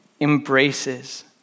embraces